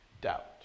doubt